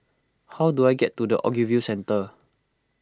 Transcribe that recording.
how do I get to the Ogilvy Centre